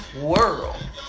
world